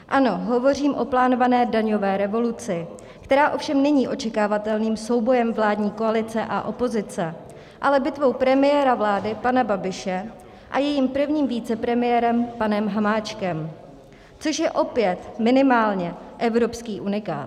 Ano, hovořím o plánované daňové revoluci, která ovšem není očekávatelným soubojem vládní koalice a opozice, ale bitvou premiéra vlády pana Babiše a jejím prvním vicepremiérem panem Hamáčkem, což je opět minimálně evropský unikát.